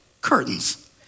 curtains